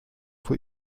vor